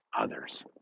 others